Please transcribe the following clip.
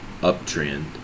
uptrend